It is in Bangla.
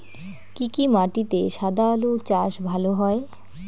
কি কি মাটিতে সাদা আলু চাষ ভালো হয়?